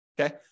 okay